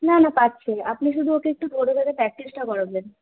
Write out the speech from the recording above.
না না পারছে আপনি শুধু ওকে একটু ধরে ধরে প্র্যাকটিসটা করাবেন